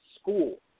school